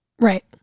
Right